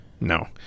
No